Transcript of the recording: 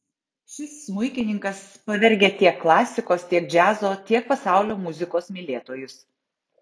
šis smuikininkas pavergia tiek klasikos tiek džiazo tiek pasaulio muzikos mylėtojus